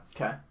Okay